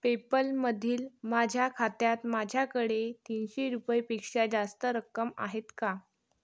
पेपलमधील माझ्या खात्यात माझ्याकडे तीनशे रुपयेपेक्षा जास्त रक्कम आहेत का